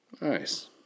nice